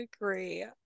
agree